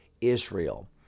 Israel